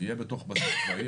יהיה בתוך בסיס צבאי,